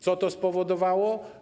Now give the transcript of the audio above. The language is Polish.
Co to spowodowało?